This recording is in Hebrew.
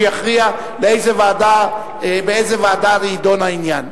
שיכריע באיזו ועדה יידון העניין.